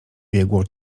biegło